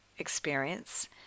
experience